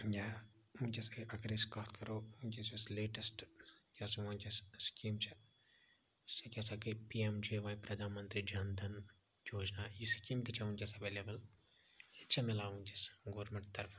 یا وٕنکٮ۪س اگر أسۍ کتھ کرو وٕنکٮ۪س یس لیٹیٚسٹ یۄس وٕنکٮ۪س سکیٖم چھےٚ سۄ کیاہ سہَ گٔیہِ P M J Y Pradhan Mantri Jan Dhan Yojana یہِ سکیٖم تہِ چھےٚ وٕنکٮ۪س ایویلیبل یہِ تہِ چھےٚ میلان وٕنکٮ۪س گورمنٹ طرفہ